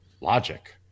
logic